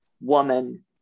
woman